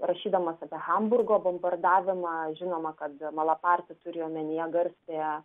rašydamas apie hamburgo bombardavimą žinoma kada malapartė turi omenyje garsiąją